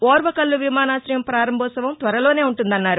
ఓర్వకల్ల విమానాశయం పారంభోత్సవం త్వరలోనే ఉంటుందన్నారు